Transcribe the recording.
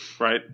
Right